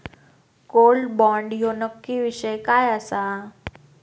Gold bond ह्यो नक्की विषय काय आसा?